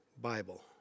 Bible